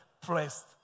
pressed